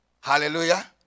Hallelujah